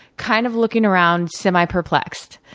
kind of, looking around, semi-perplexed.